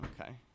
Okay